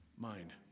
mind